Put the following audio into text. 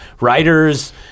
writers